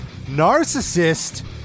Narcissist